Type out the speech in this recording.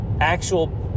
actual